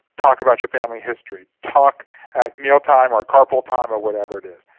talk about your family history, talk at meal time or carpool time or whatever it is.